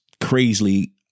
crazily